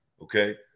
okay